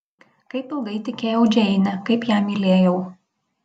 kaip ilgai tikėjau džeine kaip ją mylėjau